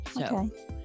Okay